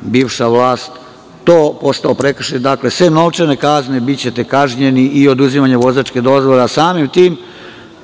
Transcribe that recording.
bivša vlast, to postao prekršaj, sem novčane kazne, bićete kažnjeni i oduzimanjem vozačke dozvole, a samim tim